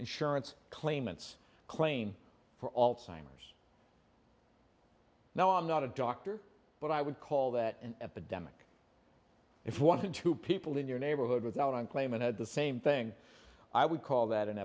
insurance claimants claim for all timers now i'm not a doctor but i would call that an epidemic if one or two people in your neighborhood without a claim and had the same thing i would call that an